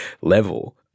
level